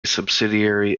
subsidiary